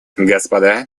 господа